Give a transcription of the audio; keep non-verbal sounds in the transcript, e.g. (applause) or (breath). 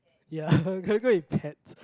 ya (breath) can I go with pets